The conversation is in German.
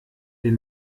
den